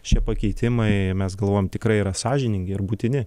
šie pakeitimai mes galvojam tikrai yra sąžiningi ir būtini